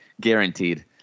Guaranteed